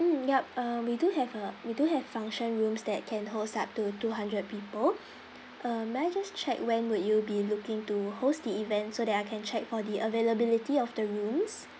mm yup uh we do have a we do have function rooms that can host up to two hundred people uh may I just check when would you be looking to host the event so that I can check for the availability of the rooms